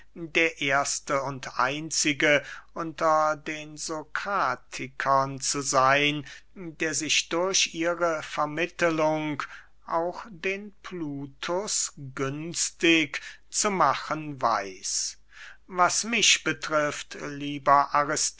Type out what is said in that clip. der erste und einzige unter den sokratikern zu seyn der sich durch ihre vermittelung auch den plutus günstig zu machen weiß was mich betrifft lieber